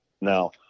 Now